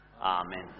Amen